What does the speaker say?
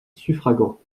suffragants